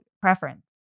preference